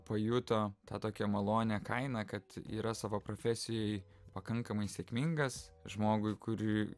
pajuto tą tokią malonią kainą kad yra savo profesijoj pakankamai sėkmingas žmogui kurį